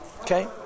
Okay